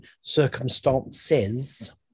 circumstances